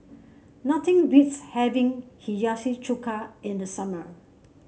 nothing beats having Hiyashi Chuka in the summer